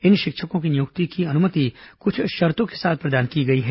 इन शिक्षकों की नियुक्ति की अनुमति कुछ शर्तों के साथ प्रदान की गई है